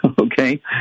okay